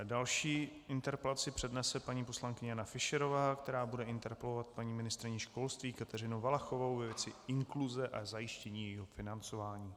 Další interpelaci přednese paní poslankyně Jana Fischerová, která bude interpelovat paní ministryni školství Kateřinu Valachovou ve věci inkluze a zajištění jejího financování.